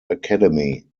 academy